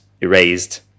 erased